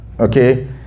Okay